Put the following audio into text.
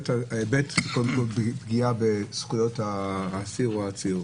קודם כול, פגיעה בזכויות האסיר או העציר.